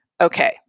Okay